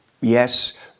yes